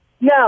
No